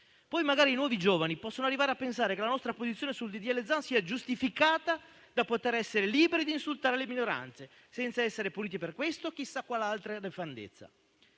Poi, magari, i nuovi giovani possono arrivare a pensare che la nostra posizione sul disegno di legge Zan sia giustificata da poter essere liberi di insultare le minoranze, senza essere puniti per questo e chissà quale altra nefandezza.